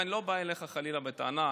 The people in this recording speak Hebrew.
ואני לא בא אליך חלילה בטענה,